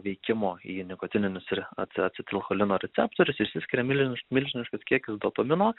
veikimo į nikotininius ir ace acetilcholino receptorius išsiskiria milžiniš milžiniškas kiekis dopamino